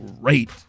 great